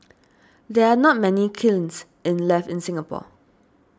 there are not many kilns in left in Singapore